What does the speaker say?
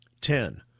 Ten